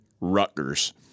Rutgers